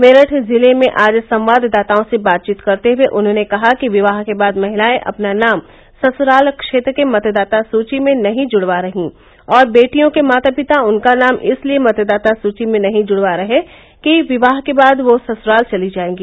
मेरठ जिले में आज संवाददाताओं से बातचीत करते हुये उन्होंने कहा कि विवाह के बाद महिलायें अपना नाम सस्राल क्षेत्र के मतदाता सूची में नही जुड़वा रही और बेटियों के माता पिता उनका नाम इसलिये मतदाता सूची में नही जुड़वा रहे कि विवाह के बाद वह ससुराल चली जायेंगी